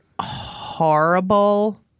horrible